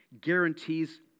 guarantees